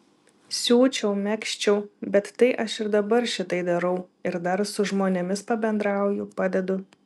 siūčiau megzčiau bet tai aš ir dabar šitai darau ir dar su žmonėms pabendrauju padedu